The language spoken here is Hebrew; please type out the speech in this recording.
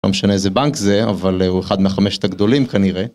לא משנה איזה בנק זה, אבל הוא אחד מחמשת הגדולים כנראה.